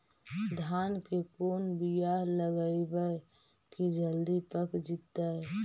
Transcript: धान के कोन बियाह लगइबै की जल्दी पक जितै?